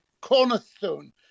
cornerstone